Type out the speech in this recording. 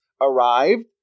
arrived